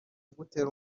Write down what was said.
kugutera